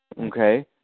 okay